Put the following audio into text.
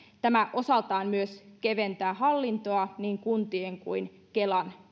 tämä osaltaan myös keventää hallintoa niin kuntien kuin kelan